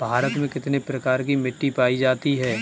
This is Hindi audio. भारत में कितने प्रकार की मिट्टी पायी जाती है?